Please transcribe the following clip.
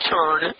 Turn